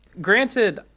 Granted